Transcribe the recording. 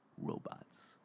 robots